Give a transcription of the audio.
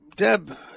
Deb